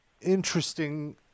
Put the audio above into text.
interesting